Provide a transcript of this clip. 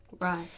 right